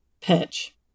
pitch